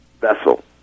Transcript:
vessel